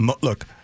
Look